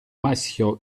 maschio